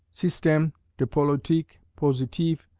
systeme de politique positive,